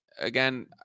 Again